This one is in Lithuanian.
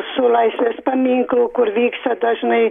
su laisvės paminklu kur vyksta dažnai